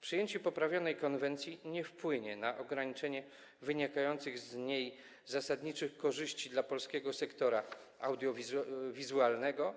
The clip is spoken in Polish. Przyjęcie poprawionej konwencji nie wpłynie na ograniczenie wynikających z niej zasadniczych korzyści dla polskiego sektora audiowizualnego,